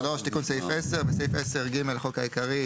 "תיקון סעיף 10 3. בסעיף 10(ג) לחוק העיקרי,